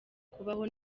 kubaho